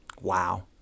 Wow